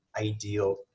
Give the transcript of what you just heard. ideal